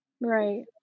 Right